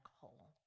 hole